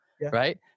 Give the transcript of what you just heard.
right